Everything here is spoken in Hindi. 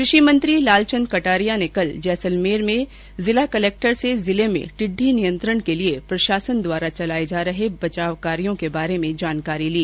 कृषि मंत्री लालचन्द कटारिया ने कल जैसलमेर के जिला कलेक्टर से जिले में टिड्डी नियंत्रण के लिए प्रशासन द्वारा चलाये जा रहे बचाव कार्यो के बारे में जानकारी ली